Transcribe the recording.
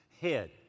head